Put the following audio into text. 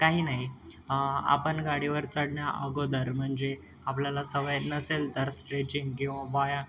काही नाही आपण गाडीवर चढण्याअगोदर म्हणजे आपल्याला सवय नसेल तर स्ट्रेचिंग किंवा वाया